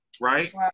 right